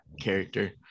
character